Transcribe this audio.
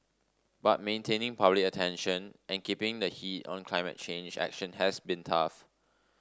but maintaining public attention and keeping the heat on climate change action has been tough